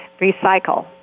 recycle